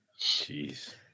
jeez